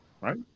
Right